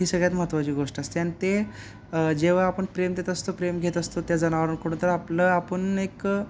ही सगळ्यात महत्त्वाची गोष्ट असते आणि ते जेव्हा आपण प्रेम देत असतो प्रेम घेत असतो त्या जनावराकडून तर आपलं आपण एक